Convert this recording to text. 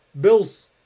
Bills